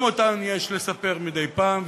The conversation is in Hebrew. גם אותן יש לספר מדי פעם.